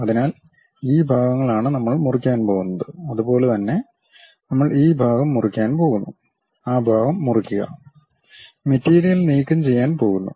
അതിനാൽ ഈ ഭാഗങ്ങളാണ് നമ്മൾ മുറിക്കാൻ പോകുന്നത് അതുപോലെ തന്നെ നമ്മൾ ഈ ഭാഗം മുറിക്കാൻ പോകുന്നു ആ ഭാഗം മുറിക്കുക മെറ്റീരിയൽ നീക്കംചെയ്യാൻ പോകുന്നു